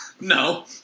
No